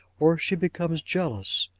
or she becomes jealous.